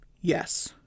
yes